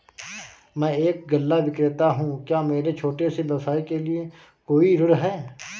मैं एक गल्ला विक्रेता हूँ क्या मेरे छोटे से व्यवसाय के लिए कोई ऋण है?